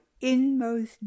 inmost